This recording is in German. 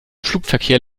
flugverkehr